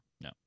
No